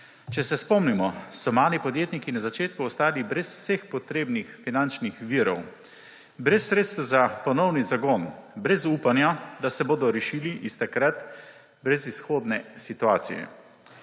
Če se spomnimo, so mali podjetniki na začetku ostali brez vseh potrebnih finančnih virov, brez sredstev za ponovni zagon, brez upanja, da se bodo rešili iz takrat brezizhodne situacije.